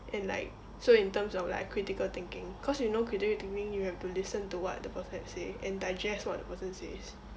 and like so in terms of like critical thinking cause you know critical thinking you have to listen to what the person is saying and digest what the person says